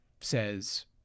says